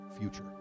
future